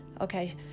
okay